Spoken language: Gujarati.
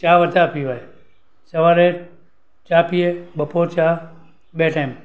ચા વધારે પીવાય સવારે ચા પીએ બપોર ચા બે ટાઈમ